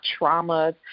traumas